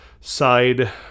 side